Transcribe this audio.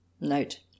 Note